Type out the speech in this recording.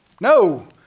No